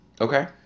Okay